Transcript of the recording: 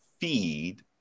feed